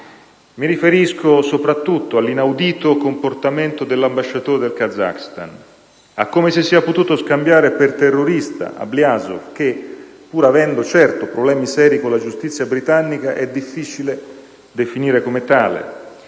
Mi riferisco soprattutto all'inaudito comportamento dell'ambasciatore del Kazakistan, a come si sia potuto scambiare per terrorista Ablyazov, che, pur avendo certo problemi seri con la giustizia britannica, è difficile definire come tale.